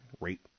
rate